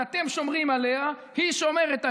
אז אתם שומרים עליה, היא שומרת עליכם,